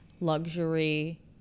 luxury